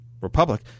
republic